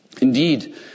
Indeed